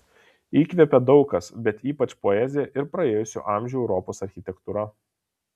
įkvepia daug kas bet ypač poezija ir praėjusių amžių europos architektūra